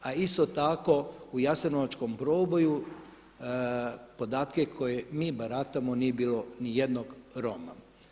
A isto tako u jasenovačkom proboju podatke kojima mi baratamo nije bilo niti jednog Roma.